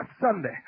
Sunday